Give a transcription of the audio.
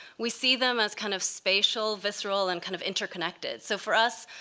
we see them as kind of spatial, visceral, and kind of interconnected. so for us,